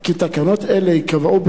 כי תקנות אלה ייקבעו,